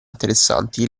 interessanti